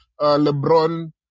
LeBron –